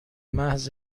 محض